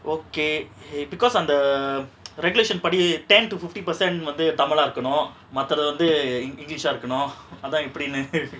okay eh because அந்த:antha regulation party ten to fifty percent வந்து:vanthu tamil ah இருக்கனு மத்தது வந்து:irukanu mathathu vanthu english ah இருக்கனு அதா எப்டினு:irukanu atha epdinu